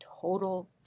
total